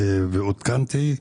ועודכנתי.